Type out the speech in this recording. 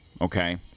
Okay